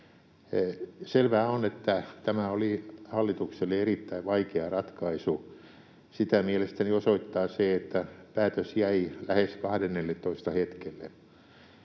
Selvää on, että tämä oli hallitukselle erittäin vaikea ratkaisu. Sitä mielestäni osoittaa se, että päätös jäi lähes kahdennelletoista